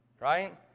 right